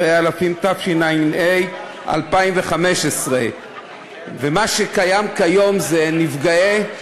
14), התשע"ה 2015. מה שקיים כיום זה נפגעי,